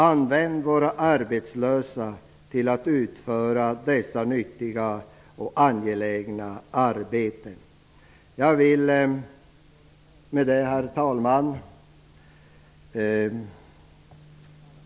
Använd våra arbetslösa till att utföra dessa nyttiga och angelägna arbeten! Herr talman!